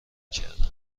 کردم